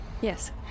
Yes